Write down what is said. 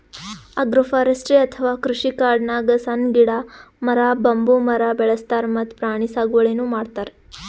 agroforestry ಅಥವಾ ಕೃಷಿಕಾಡ್ನಾಗ್ ಸಣ್ಣ್ ಗಿಡ, ಮರ, ಬಂಬೂ ಮರ ಬೆಳಸ್ತಾರ್ ಮತ್ತ್ ಪ್ರಾಣಿ ಸಾಗುವಳಿನೂ ಮಾಡ್ತಾರ್